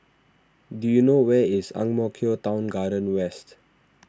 do you know where is Ang Mo Kio Town Garden West